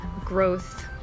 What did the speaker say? growth